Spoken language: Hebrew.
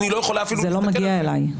זה אפילו לא מגיע אליי.